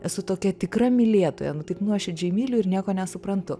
esu tokia tikra mylėtoja taip nuoširdžiai myliu ir nieko nesuprantu